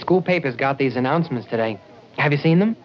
school papers got these announcements today have you seen them